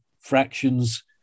fractions